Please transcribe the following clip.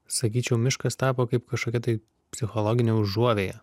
sakyčiau miškas tapo kaip kažkokia tai psichologinė užuovėja